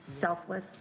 selfless